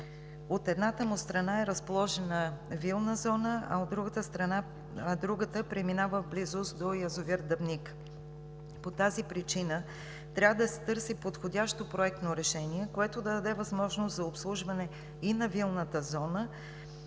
от едната му страна е разположена вилна зона, а другата преминава в близост до язовир „Дъбник“. По тази причина трябва да се търси подходящо проектно решение, което да даде възможност за обслужване и на вилната зона,